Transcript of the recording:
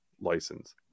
license